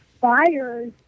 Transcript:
buyers